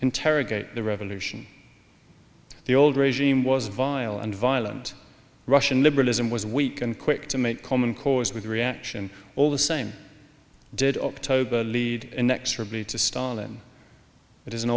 interrogate the revolution the old regime was vile and violent russian liberalism was weak and quick to make common cause with reaction all the same did october lead inexorably to stalin it is an